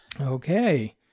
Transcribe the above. Okay